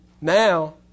now